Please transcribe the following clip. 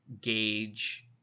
gauge